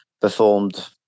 performed